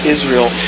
Israel